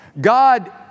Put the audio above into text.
God